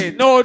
no